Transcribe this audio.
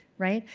right?